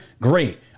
Great